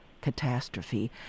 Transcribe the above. catastrophe